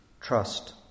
trust